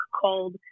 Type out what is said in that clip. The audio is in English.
called